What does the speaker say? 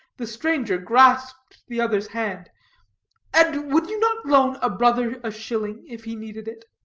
the stranger grasped the other's hand and would you not loan a brother a shilling if he needed it?